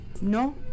No